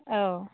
औ